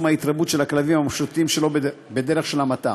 ההתרבות של הכלבים המשוטטים שלא בדרך של המתה.